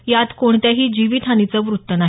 यात कोणत्याही जीवितहानीचं वृतृत नाही